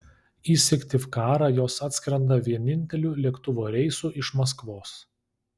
į syktyvkarą jos atskrenda vieninteliu lėktuvo reisu iš maskvos